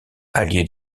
allié